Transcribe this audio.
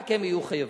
רק הם יהיו חייבים.